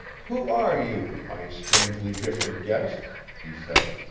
who are you, my strangely gifted guest he said.